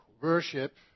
worship